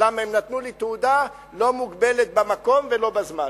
כי הם נתנו לי תעודה לא מוגבלת במקום ולא בזמן.